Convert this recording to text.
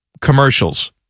commercials